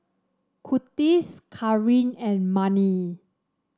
Kurtis Kareen and Manie